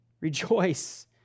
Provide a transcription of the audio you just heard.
Rejoice